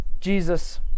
Jesus